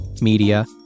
media